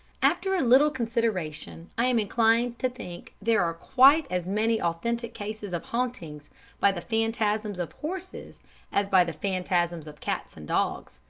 after a little consideration i am inclined to think there are quite as many authentic cases of hauntings by the phantasms of horses as by the phantasms of cats and dogs.